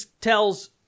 tells